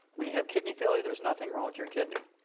when you have kidney failure there is nothing wrong with your kidney.